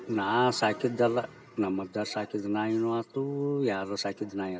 ನಾನು ಸಾಕಿದ್ದಲ್ಲ ನಮ್ಮಜ್ಜ ಸಾಕಿದ ನಾಯಿಯೂ ಆಯ್ತು ಯಾರೋ ಸಾಕಿದ ನಾಯಿ ಆಯ್ತು